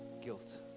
guilt